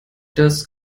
das